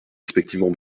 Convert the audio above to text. respectivement